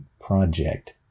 Project